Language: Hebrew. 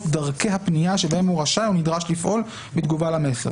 דרכי הפנייה שבהן הוא רשאי או נדרש לפעול בתגובה למסר.